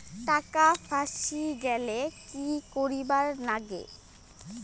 টাকা ফাঁসি গেলে কি করিবার লাগে?